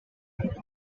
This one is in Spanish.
hermana